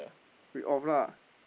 read off lah